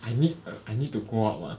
I need err I need to go out mah